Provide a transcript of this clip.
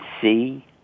see